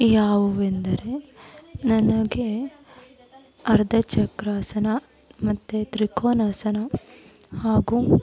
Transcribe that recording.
ಯಾವುವೆಂದರೆ ನನಗೆ ಅರ್ಧ ಚಕ್ರಾಸನ ಮತ್ತು ತ್ರಿಕೋನಾಸನ ಹಾಗೂ